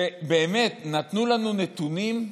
שבאמת נתנו לנו נתונים,